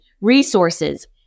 resources